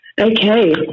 okay